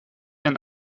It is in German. ein